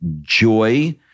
joy